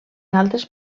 altres